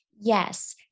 Yes